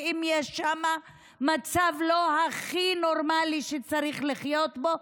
ואם יש שם מצב לא הכי נורמלי שצריך לחיות בו,